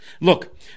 Look